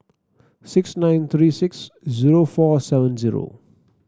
six nine three six zero four seven zero